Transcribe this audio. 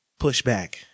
pushback